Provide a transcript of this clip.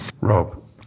Rob